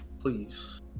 please